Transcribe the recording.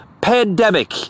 pandemic